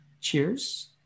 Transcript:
Cheers